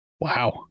Wow